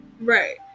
right